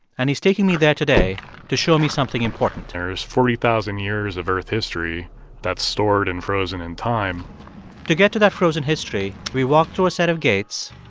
and he's taking me there today to show me something important there's forty thousand years of earth history that's stored and frozen in time to get to that frozen history, we walk through a set of gates.